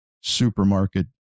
supermarket